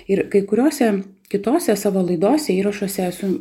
ir kai kuriose kitose savo laidose įrašuose su